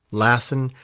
lassen,